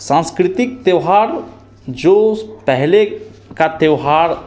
सांस्कृतिक त्यौहार जो उस पहले का त्यौहार